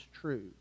true